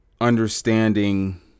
understanding